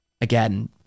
Again